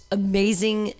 amazing